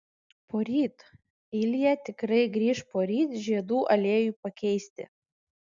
poryt ilja tikrai grįš poryt žiedų aliejui pakeisti